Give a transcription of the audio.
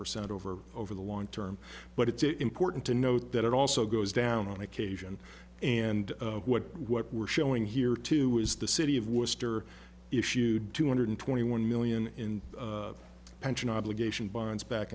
percent over over the long term but it's important to note that it also goes down on occasion and what what we're showing here too is the city of worcester issued two hundred twenty one million in pension obligation bonds back